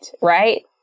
Right